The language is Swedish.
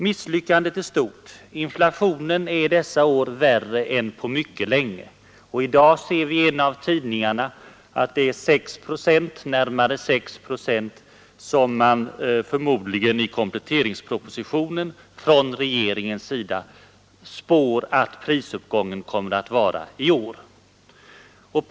Misslyckandet är stort. Inflationen är värre än på mycket länge. I dag ser vi i en av tidningarna, att regeringen i kompletteringspropositionen spår att prisuppgången kommer att bli närmare 6 procent i år.